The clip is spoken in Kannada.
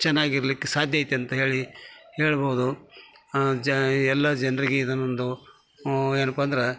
ಚೆನ್ನಾಗಿರ್ಲಿಕ್ಕೆ ಸಾಧ್ಯ ಐತೆ ಅಂತೇಳಿ ಹೇಳ್ಬೋದು ಜ ಎಲ್ಲಾ ಜನರಿಗೆ ಇದನ್ನೊಂದು ಏನಪ್ಪ ಅಂದರೆ